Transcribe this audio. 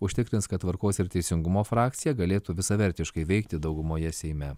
užtikrins kad tvarkos ir teisingumo frakcija galėtų visavertiškai veikti daugumoje seime